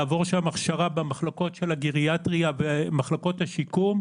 לעבור שם הכשרה במחלקות של הגריאטריה ומחלקות השיקום,